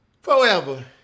forever